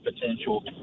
potential